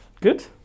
Good